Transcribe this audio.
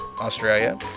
Australia